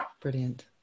Brilliant